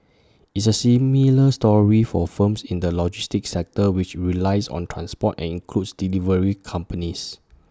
it's A similar story for firms in the logistics sector which relies on transport and includes delivery companies